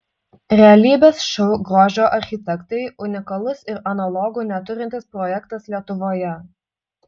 realybės šou grožio architektai unikalus ir analogų neturintis projektas lietuvoje